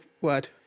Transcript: word